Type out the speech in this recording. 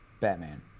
Batman